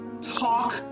talk